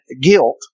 guilt